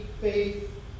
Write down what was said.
faith